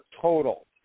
total